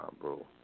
bro